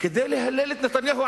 כדי להלל את נתניהו.